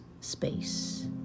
space